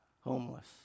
homeless